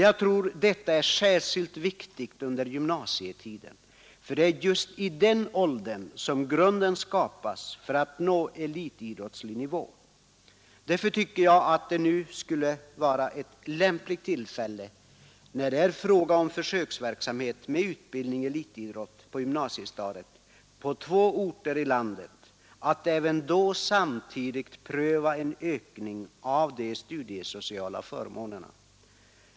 Jag tror detta är särskilt viktigt under gymnasietiden, för det är just i den åldern som grunden läggs för att nå elitidrottslig nivå. När man nu bedriver en försöksverksamhet utbildning-elitidrott på gymnasiestadiet på två orter här i landet tycker jag att det är lämpligt att samtidigt pröva en ökning av de studiesociala förmånerna.